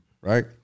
right